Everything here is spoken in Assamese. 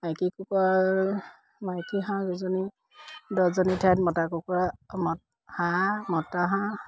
মাইকী কুকুৰাৰ মাইকী হাঁহ দুজনী দহজনী ঠাইত মতা কুকুৰা হাঁহ মতা হাঁহ